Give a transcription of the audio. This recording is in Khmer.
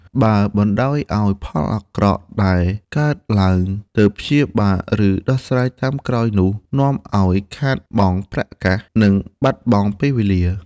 បើបណ្ដោយឲ្យផលអាក្រក់កើតឡើងទើបព្យាបាល ឬដោះស្រាយតាមក្រោយនោះ នាំឲ្យខាតបង់ប្រាក់កាស និងខាតបង់ពេលវេលា ។